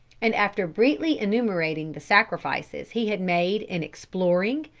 and after briefly enumerating the sacrifices he had made in exploring,